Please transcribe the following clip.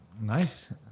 Nice